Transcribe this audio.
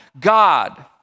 God